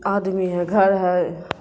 آدمی ہیں گھر ہے